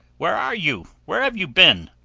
where are you? where have you been?